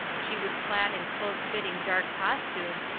she was clad in close-fitting dark costume,